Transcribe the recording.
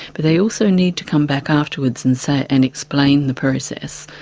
but they also need to come back afterwards and say, and explain the process,